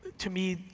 to me,